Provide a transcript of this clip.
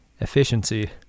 efficiency